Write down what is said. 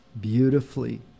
beautifully